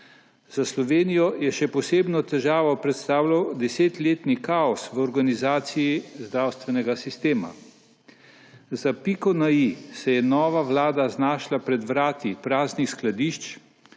Za Slovenijo je še posebno težavo predstavljal 10-letni kaos v organizaciji zdravstvenega sistema. Za piko na i se je nova vlada znašla pred vrati praznih skladišč